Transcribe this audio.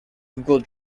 google